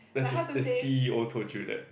that's the the c_e_o told you that